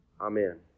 Amen